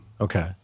Okay